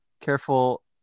careful